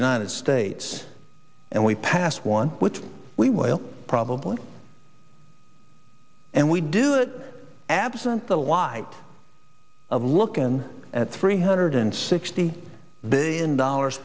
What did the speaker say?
united states and we pass one which we will probably and we do it absent the why of lookin at three hundred sixty billion dollars